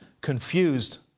confused